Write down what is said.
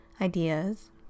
ideas